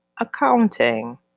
accounting